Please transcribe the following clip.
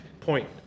point